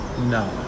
no